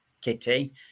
Kitty